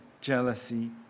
jealousy